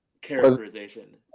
characterization